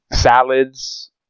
salads